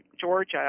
Georgia